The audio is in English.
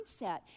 mindset